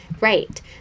Right